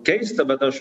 keista bet aš